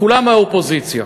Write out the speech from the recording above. כולם מהאופוזיציה.